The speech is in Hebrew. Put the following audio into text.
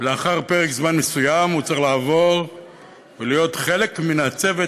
לאחר פרק זמן מסוים הוא צריך לעבור להיות חלק מהצוות